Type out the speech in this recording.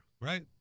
right